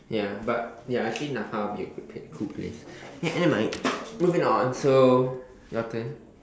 ya but ya actually N_A_F_A would be a good place good place okay anyway moving on so your turn